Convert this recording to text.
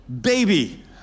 baby